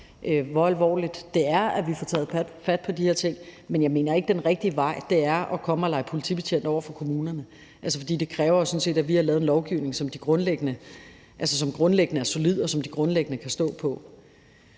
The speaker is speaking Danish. hvor alvorligt det er, og at vi skal få taget fat på de her ting, men jeg mener ikke, at den rigtige vej er at komme og lege politibetjent over for kommunerne, for det kræver sådan set, at vi har lavet en lovgivning, som grundlæggende er solid, og som de grundlæggende kan stå på.